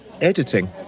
editing